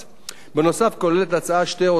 בנוסף, כוללת ההצעה שתי הוראות